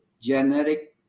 genetic